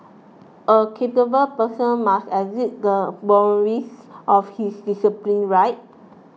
a capable person must exceed the boundaries of his discipline right